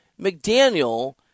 McDaniel